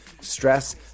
stress